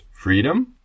Freedom